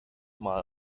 mal